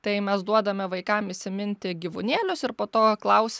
tai mes duodame vaikam įsiminti gyvūnėlius ir po to klaus